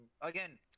Again